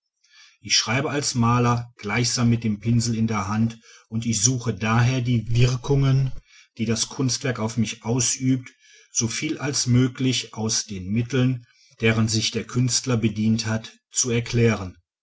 ich schreibe als maler gleichsam mit dem pinsel in der hand und ich suche daher die wirkungen die das kunstwerk auf mich ausübt so viel als möglich aus den mitteln deren sich der künstler bedient hat zu erklären